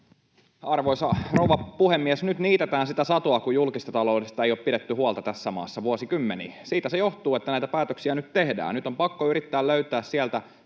Arvoisa rouva puhemies! Nyt niitetään sitä satoa, kun julkisesta taloudesta ei ole pidetty huolta tässä maassa vuosikymmeniin. Siitä se johtuu, että näitä päätöksiä nyt tehdään. Nyt on pakko yrittää löytää sieltä,